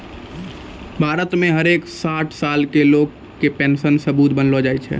भारत मे हर एक साठ साल के लोग के पेन्शन सबूत बनैलो जाय छै